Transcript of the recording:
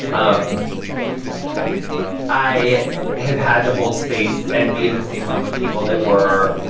um i have had to hold space and be in the same room with people that were,